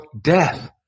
death